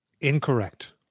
Incorrect